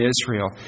Israel